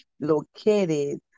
located